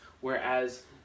Whereas